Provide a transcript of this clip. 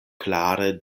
klare